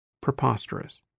preposterous